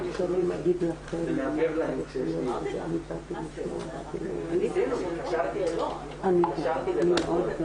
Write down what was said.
לשמר את התקציב של 2020 ולהקדיש